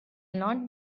not